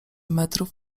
metrów